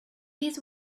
this